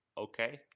Okay